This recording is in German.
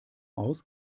aus